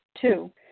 Two